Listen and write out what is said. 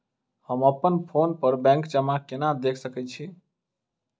हम अप्पन फोन पर बैंक जमा केना देख सकै छी?